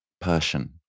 Persian